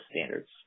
standards